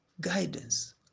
guidance